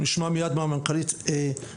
כשאנחנו נשמע מיד מהמנכ"לית מדוע.